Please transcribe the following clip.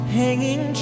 hanging